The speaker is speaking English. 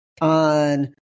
on